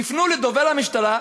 תפנו לדובר המשטרה,